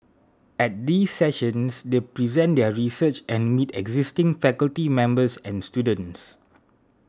at these sessions they present their research and meet existing faculty members and students